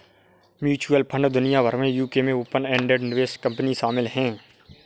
mutual fund दुनिया भर में यूके में ओपन एंडेड निवेश कंपनी शामिल हैं